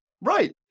Right